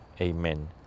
Amen